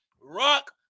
rock